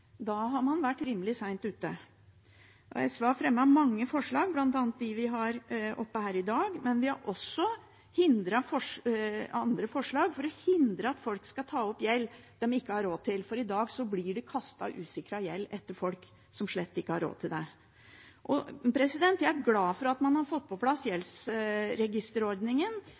da har man vært rimelig sent ute. SV har fremmet mange forslag, bl.a. dem vi har til behandling her i dag, men vi har også andre forslag for å hindre at folk skal ta opp gjeld de ikke har råd til. I dag blir det kastet usikret gjeld etter folk som slett ikke har råd til det. Jeg er glad for at man har fått på plass gjeldsregisterordningen,